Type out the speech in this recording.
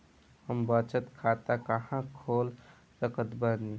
हम बचत खाता कहां खोल सकत बानी?